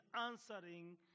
answering